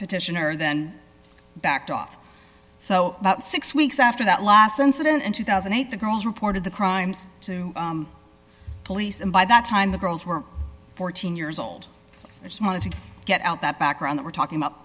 petitioner then backed off so about six weeks after that last incident in two thousand and eight the girls reported the crimes to police and by that time the girls were fourteen years old i just wanted to get out that background they were talking about